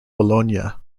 bologna